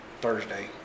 Thursday